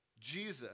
Jesus